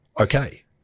okay